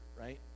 right